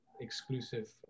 exclusive